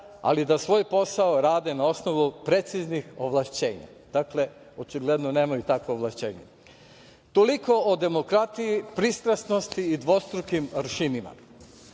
ali da svoj posao rade na osnovu preciznih ovlašćenja. Dakle, očigledno nemaju takvo ovlašćenje. Toliko o demokratiji, pristrasnosti i dvostrukim aršinima. Dakle,